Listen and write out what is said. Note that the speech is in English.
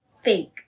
Fake